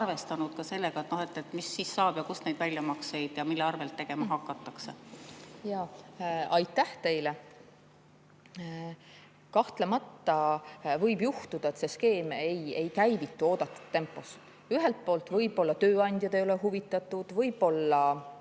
arvestanud ka sellega, mis siis saab ja mille arvel neid väljamakseid tegema hakatakse? Aitäh teile! Kahtlemata võib juhtuda, et see skeem ei käivitu oodatud tempos. Ühelt poolt võib-olla tööandjad ei ole huvitatud, võib-olla,